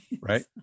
right